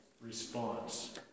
response